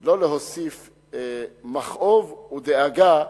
לא להוסיף מכאוב ודאגה